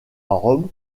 rome